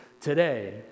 today